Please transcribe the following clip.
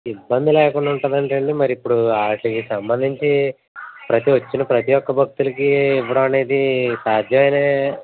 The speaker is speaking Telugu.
ఇబ్బంది లేకుండా ఉంటుందంట అండి మరి ఇప్పుడు వాటిలకి సంబంధించి వచ్చిన ప్రతి వచ్చిన ప్రతి ఒక్క భక్తుడికి ఇవ్వడం అనేది సాధ్యమేనా